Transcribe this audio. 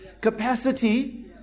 capacity